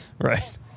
Right